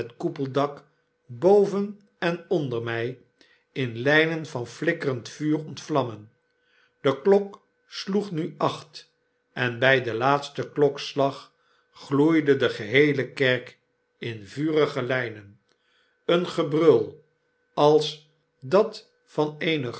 koepeldak boven en onder my in lynen van flikkerend vuur ontvlammen de mok sloeg nu acht en by den laatsten klokslag gloeide de geheele kerk in vurige lynen een gebrul als dat van eene